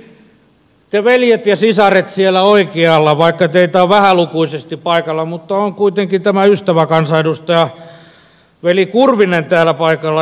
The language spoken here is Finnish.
varsinkin te veljet ja sisaret siellä oikealla vaikka teitä on vähälukuisesti paikalla mutta on kuitenkin tämä ystäväkansanedustaja veli kurvinen